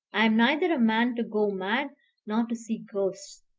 i am neither a man to go mad nor to see ghosts.